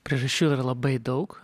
priežasčių yra labai daug